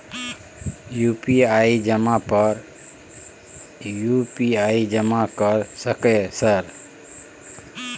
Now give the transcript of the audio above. UPI जमा कर सके सर?